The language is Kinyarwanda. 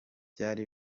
byari